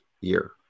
year